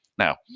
Now